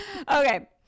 Okay